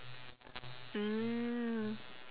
mm